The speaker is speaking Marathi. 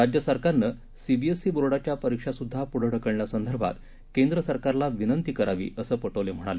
राज्य सरकारनं सीबीएसई बोर्डाच्या परीक्षासुद्धा पुढे ढकलण्यासंदर्भात केंद्र सरकारला विनंती करावी असं पटोले म्हणाले